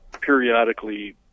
periodically